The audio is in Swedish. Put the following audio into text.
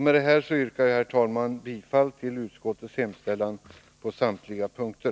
Med detta yrkar jag, herr talman, bifall till utskottets hemställan på samtliga punkter.